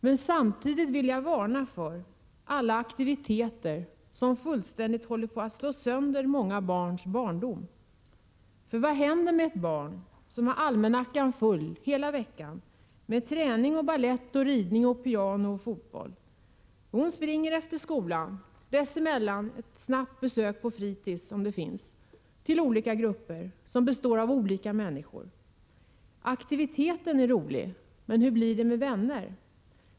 Men samtidigt vill jag varna för alla de aktiviteter som håller på att fullständigt slå sönder barndomen för många barn. För vad händer med ett barn som har almanackan fulltecknad hela veckan med tider för träning, balett, ridning, piano och fotboll? Jo, barnet springer efter skolan — i bästa fall hinner det först med ett snabbt besök på fritids, om sådant finns —i väg till olika grupper, som består av olika människor. Aktiviteten är rolig. Men hur blir det med vännerna?